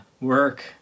work